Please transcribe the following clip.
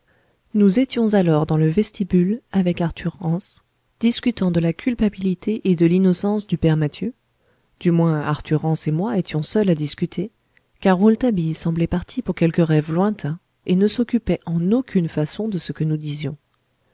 nous étions alors dans le vestibule avec arthur rance discutant de la culpabilité et de l'innocence du père mathieu du moins arthur rance et moi étions seuls à discuter car rouletabille semblait parti pour quelque rêve lointain et ne s'occupait en aucune façon de ce que nous disions